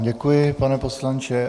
Děkuji vám, pane poslanče.